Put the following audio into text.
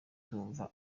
ndumva